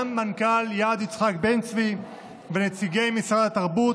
גם מנכ"ל יד יצחק בן-צבי ונציגי משרד התרבות